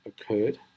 occurred